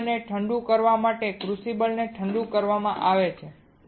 ક્રુસિબલને ઠંડુ કરવામાં આવે છે ક્રુસિબલને ઠંડુ કરવામાં આવે છે